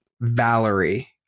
valerie